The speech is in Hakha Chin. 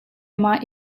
mah